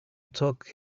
took